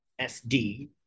SD